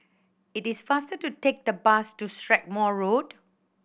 it is faster to take the bus to Strathmore Road